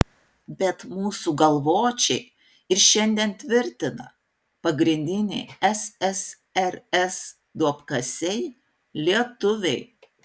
bet mūsų galvočiai ir šiandien tvirtina pagrindiniai ssrs duobkasiai lietuviai